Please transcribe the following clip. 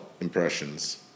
impressions